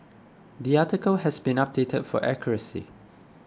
the article has been updated for accuracy